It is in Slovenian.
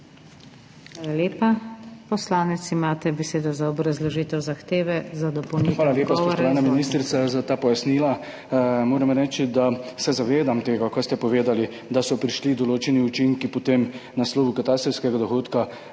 Hvala lepa. Poslanec, imate besedo za obrazložitev zahteve za dopolnitev odgovora, izvolite.